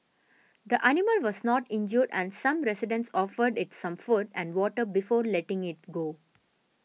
the animal was not injured and some residents offered it some food and water before letting it go